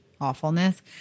awfulness